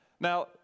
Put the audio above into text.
Now